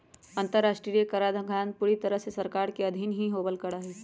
अन्तर्राष्ट्रीय कराधान पूरी तरह से सरकार के अधीन ही होवल करा हई